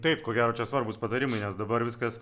taip ko gero čia svarbūs patarimai nes dabar viskas